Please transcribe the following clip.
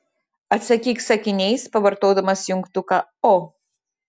atsakyk sakiniais pavartodamas jungtuką o